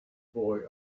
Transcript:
boy